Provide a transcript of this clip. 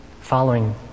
following